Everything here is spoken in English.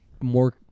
more